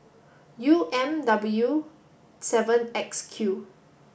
U M W seven X Q